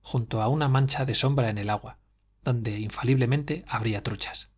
junto a una mancha de sombra en el agua donde infaliblemente habría truchas